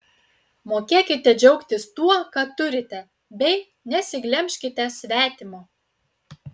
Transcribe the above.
mokėkite džiaugtis tuo ką turite bei nesiglemžkite svetimo